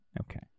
Okay